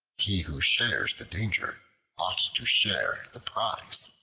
he who shares the danger ought to share the prize.